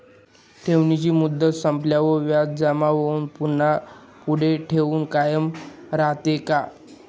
ठेवीची मुदत संपल्यावर व्याज जमा होऊन पुन्हा पुढे ठेव कायम राहते का?